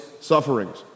sufferings